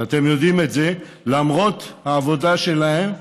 אתם יודעים את זה, למרות העבודה שלהם,